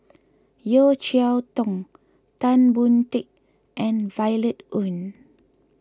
Yeo Cheow Tong Tan Boon Teik and Violet Oon